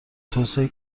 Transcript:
توسعه